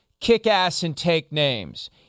kick-ass-and-take-names